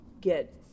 get